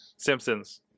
Simpsons